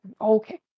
Okay